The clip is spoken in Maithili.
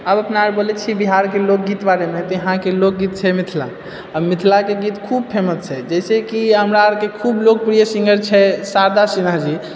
आप अपना आर बोलै छी बिहारके लोकगीतके बारेमे तऽ इहाँके लोकगीत छै मिथिला आ मिथिलाके गीत खूब फेमस छै जाहिसँ कि हमरा आरके खूब लोकप्रिय सिङ्गर छै शारदा सिन्हा जी